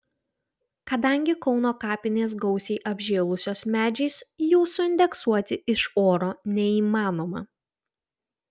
kadangi kauno kapinės gausiai apžėlusios medžiais jų suindeksuoti iš oro neįmanoma